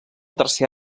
tercer